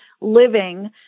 living